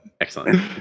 excellent